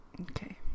Okay